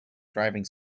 driving